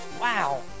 wow